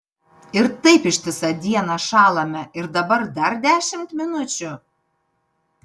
ir taip ištisą dieną šąlame ir dabar dar dešimt minučių